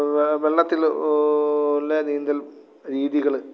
വെള്ളത്തില് പോലെ നീന്തൽ രീതികള്